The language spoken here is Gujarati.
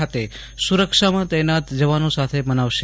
ખાતે સુરક્ષામાં તેનાત જવાનો સાથે મનાવશે